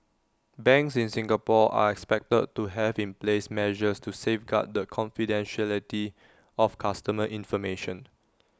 banks in Singapore are expected to have in place measures to safeguard the confidentiality of customer information